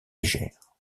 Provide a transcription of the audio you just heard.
légère